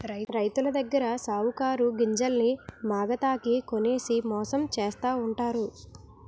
రైతులదగ్గర సావుకారులు గింజల్ని మాగతాకి కొనేసి మోసం చేస్తావుంటారు